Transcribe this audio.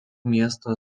miesto